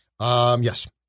yes